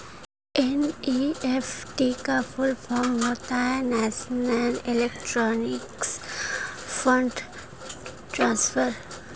NEFT का full form होता है नेशनल इलेक्ट्रॉनिक्स फण्ड ट्रांसफर